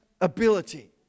ability